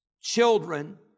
children